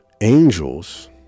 angels